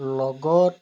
লগত